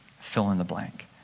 fill-in-the-blank